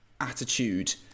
attitude